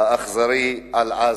האכזרי על עזה.